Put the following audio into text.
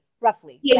roughly